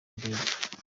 indege